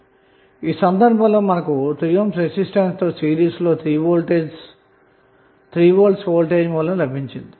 కాబట్టి ఈ సందర్భంలో మనకు 3 ohm రెసిస్టెన్స్ తో సిరీస్ లో 3V వోల్టేజ్ సోర్స్ లభించింది